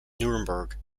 nuremberg